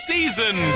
Season